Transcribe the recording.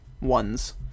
ones